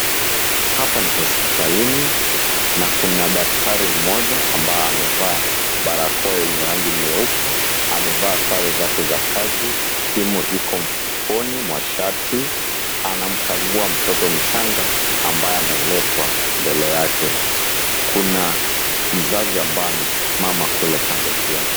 Hapa ni hospitalini na kuna daktari mmoja ambaye amevaa barakoa ya rangi nyeupe. Amevaa sare zake za kazi, simu iko mfukoni mwa shati. Anamkagua mtoto mchanga ambaye ameletwa mbele yake. Kuna mzazi ambaye amsimama kule kando pia.